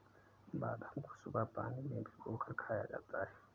बादाम को सुबह पानी में भिगोकर खाया जाता है